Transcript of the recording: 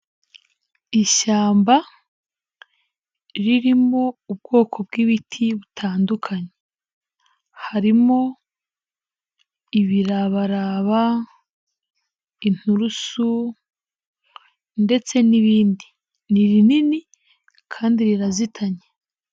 Ishyamba ,ririmo ubwoko bw'ibiti butandukanye. Harimo ibirabaraba, inturusu ndetse n'ibindi. Ni rinini kandi rirazitanye.